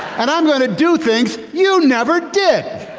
and i'm going to do things you never did.